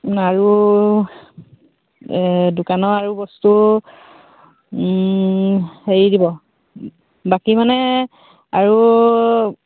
আৰু দোকানৰ আৰু বস্তু হেৰি দিব বাকী মানে আৰু